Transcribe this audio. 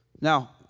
Now